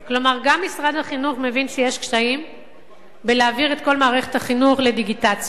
כלומר גם משרד החינוך מבין שיש קשיים בהעברת כל מערכת החינוך לדיגיטציה.